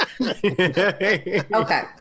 Okay